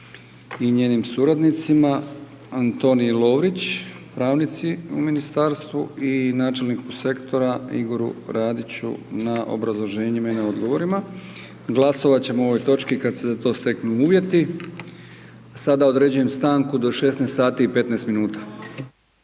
i njenim suradnicima, Antoniji Lovrić, pravnici u Ministarstvu i načelniku sektora Igoru Radiću na obrazloženjima i na odgovorima. Glasovati ćemo o ovoj točki kada se za to steknu uvjeti. Sada određujem stanku do 16,15